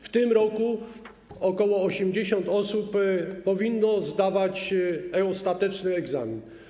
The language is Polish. W tym roku ok. 80 osób powinno zdawać ostateczny egzamin.